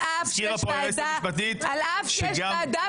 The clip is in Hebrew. הזכירה פה היועצת המשפטית שגם --- על אף שיש ועדה,